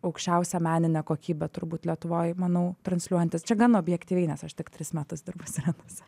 aukščiausią meninę kokybę turbūt lietuvoj manau transliuojantis čia gan objektyviai nes aš tik tris metus dirbu sirenose